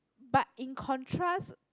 but in contrast